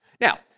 Now